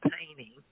painting